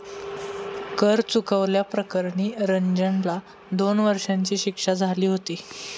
कर चुकवल्या प्रकरणी रंजनला दोन वर्षांची शिक्षा झाली होती